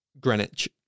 Greenwich